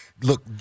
look